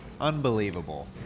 unbelievable